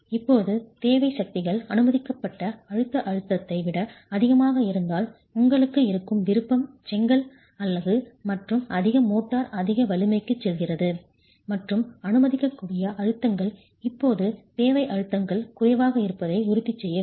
இப்போது தேவை சக்திகள் அனுமதிக்கப்பட்ட அழுத்த அழுத்தத்தை விட அதிகமாக இருந்தால் உங்களுக்கு இருக்கும் விருப்பம் செங்கல் அலகு மற்றும் அதிக மோட்டார் அதிக வலிமைக்கு செல்கிறது மற்றும் அனுமதிக்கக்கூடிய அழுத்தங்கள் இப்போது தேவை அழுத்தங்கள் குறைவாக இருப்பதை உறுதி செய்ய வேண்டும்